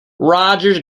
rogers